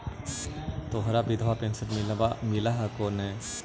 तोहरा विधवा पेन्शन मिलहको ने?